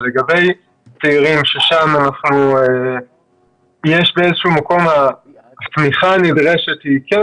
לגבי צעירים באיזשהו מקום התמיכה הנדרשת היא כן